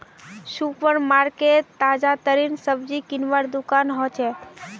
super market ताजातरीन सब्जी किनवार दुकान हछेक